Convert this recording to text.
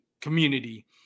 community